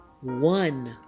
one